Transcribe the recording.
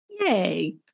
Yay